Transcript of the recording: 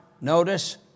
notice